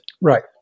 Right